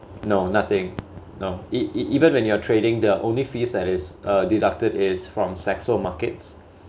no nothing no it it even when you're trading the only fees that is uh deducted is from Saxo Markets